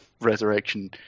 Resurrection